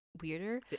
weirder